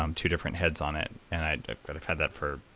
um two different heads on it. and i kind of have that for